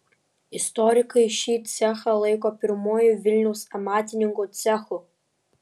istorikai šį cechą laiko pirmuoju vilniaus amatininkų cechu